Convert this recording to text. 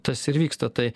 tas ir vyksta tai